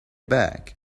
back